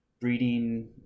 breeding